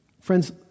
Friends